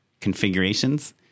configurations